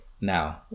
now